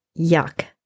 Yuck